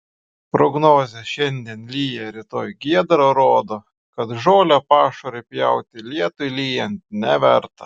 prognozė šiandien lyja rytoj giedra rodo kad žolę pašarui pjauti lietui lyjant neverta